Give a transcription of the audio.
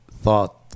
thought